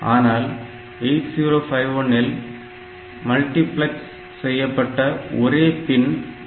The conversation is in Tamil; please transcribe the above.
ஆனால் 8051 இல் மல்டிபிளக்ஸ் செய்யப்பட்ட ஒரே பின் 3